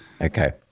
Okay